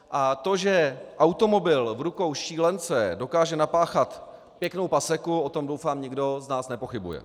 A to, že automobil v rukou šílence dokáže napáchat pěknou paseku, o tom doufám nikdo z nás nepochybuje.